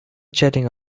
jetting